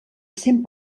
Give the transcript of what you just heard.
cent